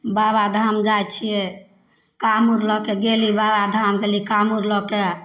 बाबाधाम जाइ छिए कामरु लऽके गेली बाबाधाम गेली कामरु लऽके